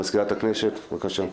מזכירת הכנסת, בבקשה.